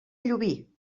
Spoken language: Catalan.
llubí